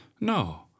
no